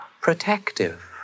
protective